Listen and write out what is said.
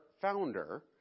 founder